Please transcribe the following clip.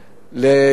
לשמחתי,